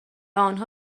آنها